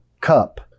cup